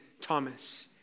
Thomas